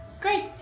Great